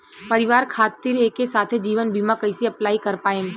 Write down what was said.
परिवार खातिर एके साथे जीवन बीमा कैसे अप्लाई कर पाएम?